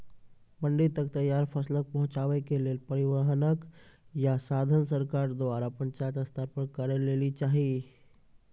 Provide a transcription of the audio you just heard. मंडी तक तैयार फसलक पहुँचावे के लेल परिवहनक या साधन सरकार द्वारा पंचायत स्तर पर करै लेली चाही?